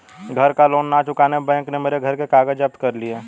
घर का लोन ना चुकाने पर बैंक ने मेरे घर के कागज जप्त कर लिए